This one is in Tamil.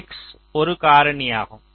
X ஒரு காரணியாகும்